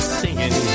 singing